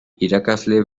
irakasle